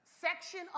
section